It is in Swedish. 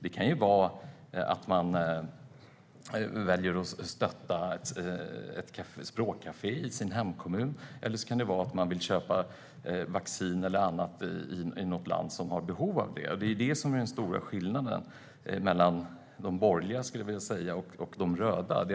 Det kan vara att man väljer att stötta ett språkcafé i sin hemkommun eller att man vill köpa vaccin till ett land där det finns behov av det. Det är ju detta som är den stora skillnaden mellan de borgerliga och de röda: